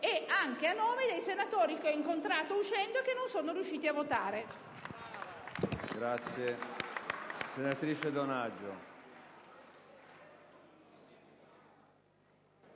anche a nome dei senatori che ho incontrato uscendo e che non sono riusciti a votare